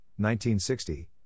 1960